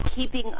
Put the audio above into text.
keeping